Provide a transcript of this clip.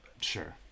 Sure